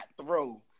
throw